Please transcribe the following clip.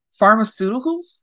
pharmaceuticals